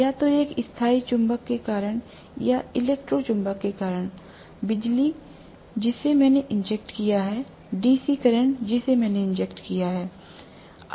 या तो एक स्थायी चुंबक के कारण या इलेक्ट्रो चुंबक के कारण बिजली जिसे मैंने इंजेक्ट किया है डीसी करंट जिसे मैंने इंजेक्ट किया है